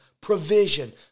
provision